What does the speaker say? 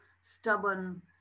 stubborn